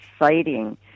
exciting